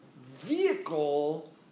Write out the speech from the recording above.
vehicle